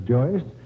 Joyce